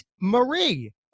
Marie